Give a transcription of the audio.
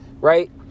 right